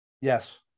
Yes